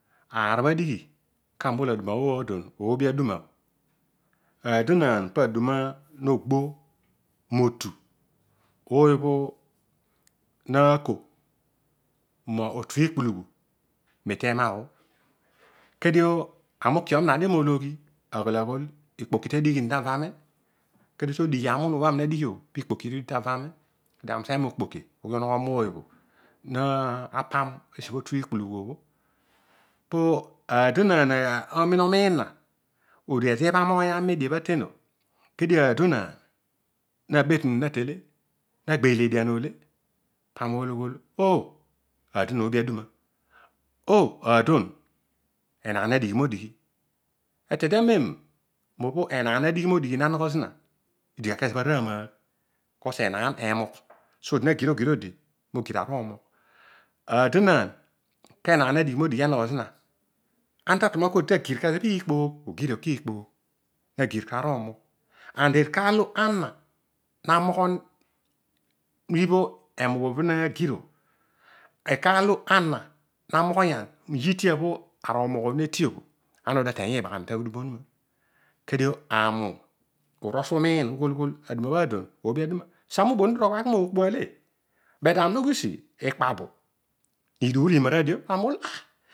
Aar obho adigh kaami ngho aduma bho no gbo motu ooyobho naako motu iikpulughu temabho kedio ami ukiom nadio no ologhi aghol ikpoki tedighm tavo ami kedio todighi am unu obho ami nadighi o ikpoki idigh tavo ami kedio ami useghe mokpoki nghi unogho mooyobho napam nesi iikpulughu obho aadonaan umin umiin, odigh ezobho ibham oiy ami me diebhaten o kedio aadonaan nabe tunu nakele, na gbeel edian ole kedio ami nghol bi aadon oobi aduma aadon enaan na dighi no dighi etede amem obho enaan nadighi modighi na anaamaagh because enaan emugh so odi na gir ogir aruumugh, aadonam kenaan na dighi modighi na nogho zina ana ta tuan akodi ta gir kezobho iikpoogh ogir io kukpoogh na gir karuumugh. And akaar lo ana na moghon ibha emughobho na gir o arukaar lo ana na moghoyan iitiabho arumugh o netibho ana oruedio. ateny iibaghami taghudum. Kedio aami urol suo umiin ughol aadon oobi aduma. So ami ubon udunogh obho aghi mookpa ale, but ami ughi usi, ikpabu niduul imaradio ami ughol ah